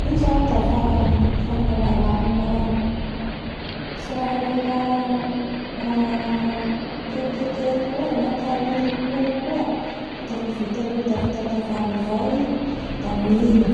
Io zany dafa fanaova rah maro tsy rah mila aaa; tetitetea koa na atao akory koa, lafa vitanio daf tatavany avao i da mino.